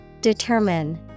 Determine